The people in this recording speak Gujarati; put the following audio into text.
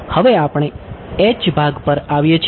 હવે આપણે ભાગ પર આવીએ છીએ